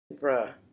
Bruh